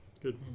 good